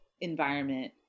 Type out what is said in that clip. environment